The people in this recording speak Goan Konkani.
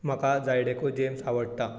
म्हाका जायडेको जॅम्स आवडटा